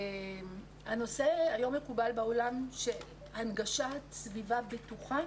היום מקובל בעולם שהנגשת סביבה בטוחה